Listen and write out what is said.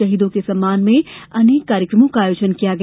शहीदों के सम्मान में अनेक कार्यक्रमों का आयोजन किया गया